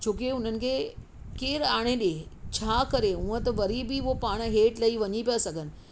छो की हुननि खे केरु आणे ॾिए छा करे हूअ त वरी बि हूअ पाणे हेठि लही वञी पिया सघनि